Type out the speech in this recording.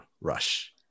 rush